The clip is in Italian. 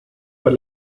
per